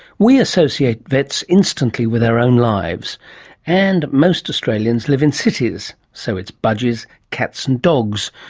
we associate vets instantly with our own lives and most australians live in cities, so it's budgies, cats and dogs,